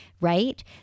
right